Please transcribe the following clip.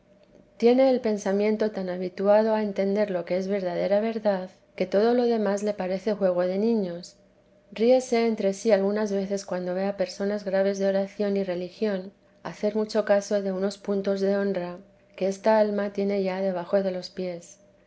tiene el pensamiento tan habituado a entender lo que es verdadera verdad que todo lo demás le parece juego de niños ríese entre sí algunas veces cuando ve a personas graves de oración y religión hacer mucho caso de unos puntos de honra que esta alma tiene ya debajo de los pies